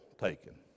taken